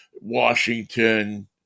Washington